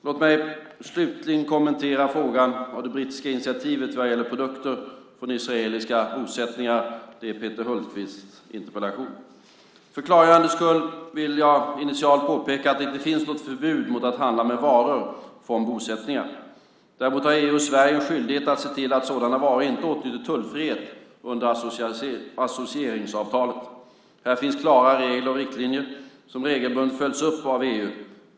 Låt mig slutligen kommentera frågan om det brittiska initiativet vad gäller produkter från israeliska bosättningar. Det är Peter Hultqvists interpellation. För klargörandets skull vill jag initialt påpeka att det inte finns något förbud mot att handla med varor från bosättningar. Däremot har EU och Sverige en skyldighet att se till att sådana varor inte åtnjuter tullfrihet under associeringsavtalet. Här finns klara regler och riktlinjer som regelbundet följs upp av EU.